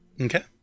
Okay